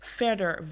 verder